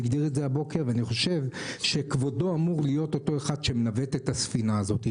אני חושב שכבודו אמור להיות אותו אחד שמנווט את הספינה הזאת.